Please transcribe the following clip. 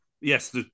Yes